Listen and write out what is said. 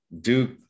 Duke